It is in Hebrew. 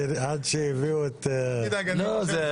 שוקדים עכשיו